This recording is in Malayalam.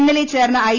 ഇന്നലെ ചേർന്ന ഐ